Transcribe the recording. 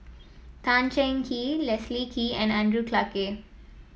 Tan Cheng Kee Leslie Kee and Andrew Clarke